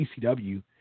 ECW